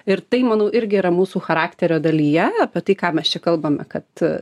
ir tai manau irgi yra mūsų charakterio dalyje apie tai ką mes čia kalbame kad